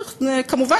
כמובן,